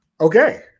Okay